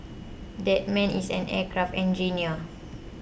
that man is an aircraft engineer